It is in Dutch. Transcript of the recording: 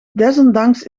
desondanks